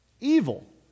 Evil